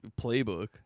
playbook